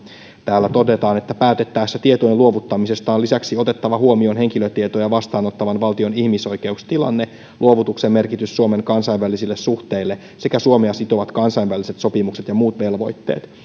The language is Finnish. täällä todetaan että päätettäessä tietojen luovuttamisesta on lisäksi otettava huomioon henkilötietoja vastaanottavan valtion ihmisoikeustilanne luovutuksen merkitys suomen kansainvälisille suhteille sekä suomea sitovat kansainväliset sopimukset ja muut velvoitteet